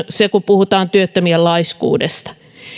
se kun puhutaan työttömien laiskuudesta